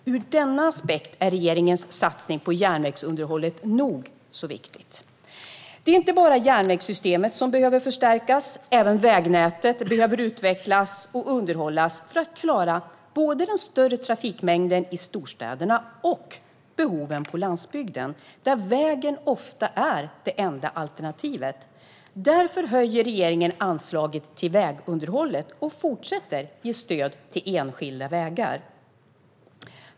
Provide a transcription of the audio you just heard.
Ur denna aspekt är regeringens satsning på järnvägsunderhållet nog så viktig. Det är inte bara järnvägssystemet som behöver förstärkas. Även vägnätet behöver utvecklas och underhållas för att klara både den större trafikmängden i storstäderna och behoven på landsbygden, där vägen är ofta det enda alternativet. Därför höjer regeringen anslaget till vägunderhållet och fortsätter ge stöd till enskilda vägar.